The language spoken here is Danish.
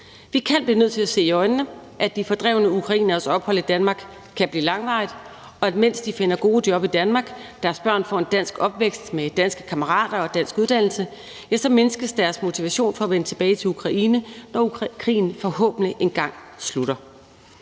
Vi kan blive nødt til at se i øjnene, at de fordrevne ukraineres ophold i Danmark kan blive langvarigt, og mens de finder gode job i Danmark og deres børn får en dansk opvækst med danske kammerater og dansk uddannelse, mindskes deres motivation for at vende tilbage til Ukraine, når krigen forhåbentlig engang slutter.